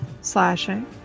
slashing